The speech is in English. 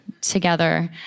together